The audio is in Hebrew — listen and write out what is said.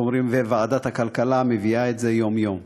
וועדת הכלכלה מביאה את זה יום-יום.